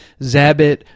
Zabit